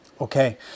Okay